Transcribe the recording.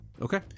Okay